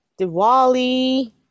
diwali